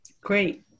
Great